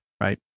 right